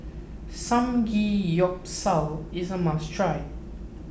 Samgyeopsal is a must try